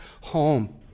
home